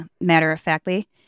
matter-of-factly